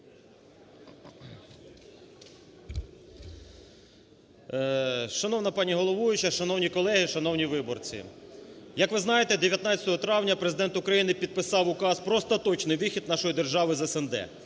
Шановна пані головуюча, шановні колеги, шановні виборці! Як ви знаєте, 19 травня Президент України підписав Указ про остаточний вихід нашої держави з СНД.